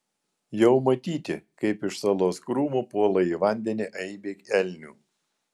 jau matyti kaip iš salos krūmų puola į vandenį aibė elnių